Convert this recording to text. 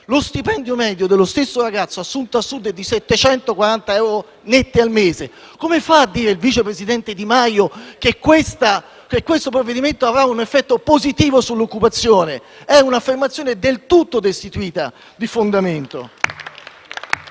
lo stipendio medio dello stesso ragazzo assunto al Sud è di 740 euro netti al mese. Come fa a dire il vice presidente Di Maio che questo provvedimento avrà un effetto positivo sull'occupazione? È un'affermazione del tutto destituita di fondamento.